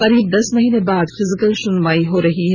करीब दस महीने बाद फिजिकल सुनवाई हो रही है